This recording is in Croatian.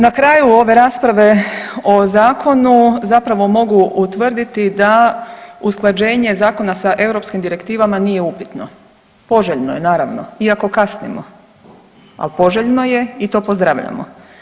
Na kraju ove rasprave o zakonu zapravo mogu utvrditi da usklađene zakona sa europskim direktivama nije upitno, poželjno je naravno iako kasnimo, al poželjno je i to pozdravljamo.